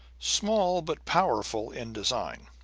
small but powerful in design.